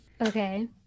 Okay